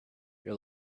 your